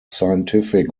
scientific